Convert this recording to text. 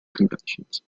conventions